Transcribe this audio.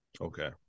okay